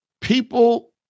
people